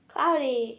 Cloudy